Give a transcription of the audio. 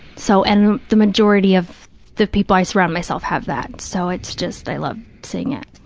so, and the majority of the people i surround myself have that, so it's just, i love seeing it.